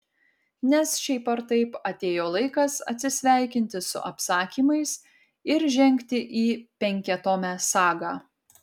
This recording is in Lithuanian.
nes šiaip ar taip atėjo laikas atsisveikinti su apsakymais ir žengti į penkiatomę sagą